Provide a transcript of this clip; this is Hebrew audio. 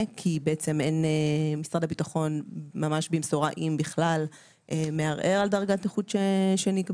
כי משרד הביטחון ממש במשורה אם בכלל מערער על דרגת נכות שנקבעה